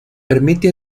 permite